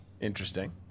Interesting